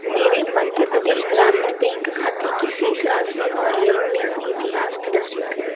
मेरे मध्य प्रदेश ग्रामीण बैंक खाते की शेष राशि और लेन देन इतिहास प्रदर्शित करें